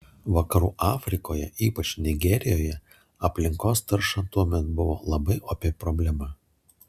vakarų afrikoje ypač nigerijoje aplinkos tarša tuomet buvo labai opi problema